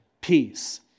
peace